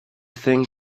thing